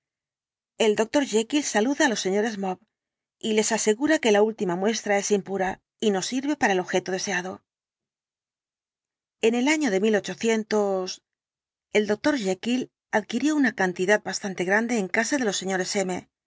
el doctor jekyll saluda á los señores maw y les asegura que la última muestra es impura y no sirve para el objeto deseado en el año la ultima noche de el doctor j adquirió una cantidad bastante grande en casa de los señores